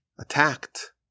attacked